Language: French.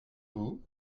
vous